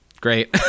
great